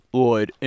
Lloyd